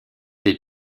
des